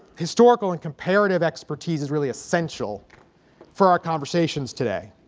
historical and comparative expertise is really essential for our conversations today.